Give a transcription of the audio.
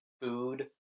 food